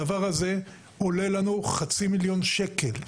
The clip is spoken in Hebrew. הדבר הזה עולה לנו חצי מיליון שקלים,